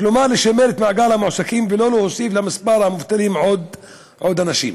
כלומר לשמור אותם במעגל המועסקים ולא להוסיף למובטלים עוד אנשים.